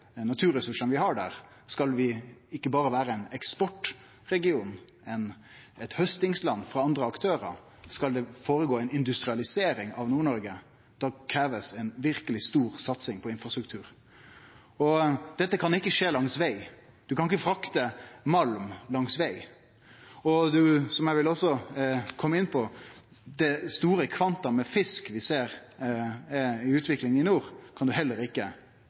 naturressursane vi har der, skal vi ikkje berre vere ein eksportregion, eit haustingsland for andre aktørar, og skal det føregå ei industrialisering av Nord-Noreg, så krev det ei verkeleg stor satsing på infrastruktur. Dette kan ikkje skje langs veg. Ein kan ikkje frakte malm langs veg. Og – som eg også vil kome inn på – det store kvantumet med fisk, som vi ser ei utvikling av i nord, kan ein heller ikkje